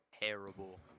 terrible